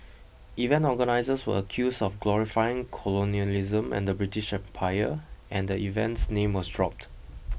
event organisers were accused of glorifying colonialism and the British Empire and event's name was dropped